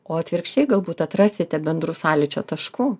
o atvirkščiai galbūt atrasite bendrų sąlyčio taškų